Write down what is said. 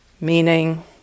meaning